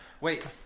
Wait